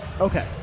Okay